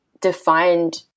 defined